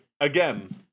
again